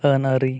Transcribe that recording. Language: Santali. ᱟᱹᱱ ᱟᱹᱨᱤ